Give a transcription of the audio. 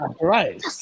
right